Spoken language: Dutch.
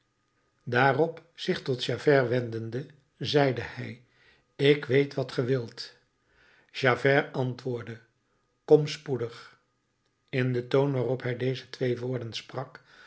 daarop zich tot javert wendende zeide hij ik weet wat ge wilt javert antwoordde kom spoedig in den toon waarop hij deze twee woorden sprak